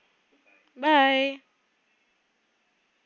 bye